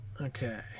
Okay